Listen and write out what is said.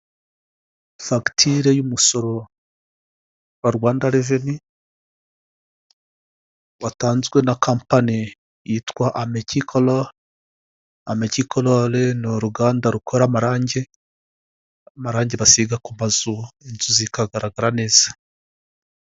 Fagitire y'umusoro wa Rwanda reveni, watanzwe na kampaniyitwa an amekikoro amakikoro, ni uruganda rukora amarangi, amarangi basiga ku mazu inzu zikagaragara neza.